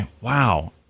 Wow